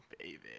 baby